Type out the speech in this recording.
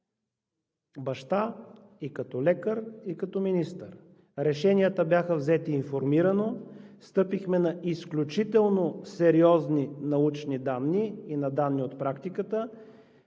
баща, и като лекар, и като министър: решенията бяха взети информирано, стъпихме на изключително сериозни научни данни и на данни от практиката.